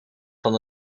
van